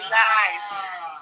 life